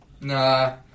nah